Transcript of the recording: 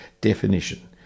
definition